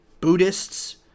Buddhists